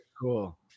cool